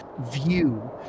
view